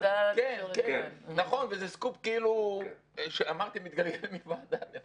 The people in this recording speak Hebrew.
נכון, וזה סקופ שמתגלגל מוועדה לוועדה.